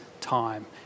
time